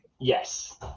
Yes